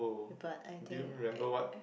but I think eh uh